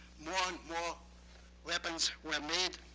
more and more weapons were made.